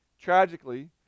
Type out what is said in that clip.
tragically